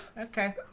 okay